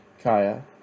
Kaya